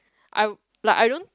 I would like I don't